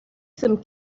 some